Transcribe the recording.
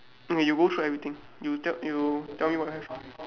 okay you go through everything you tell you tell me what you have